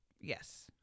Yes